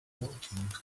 walking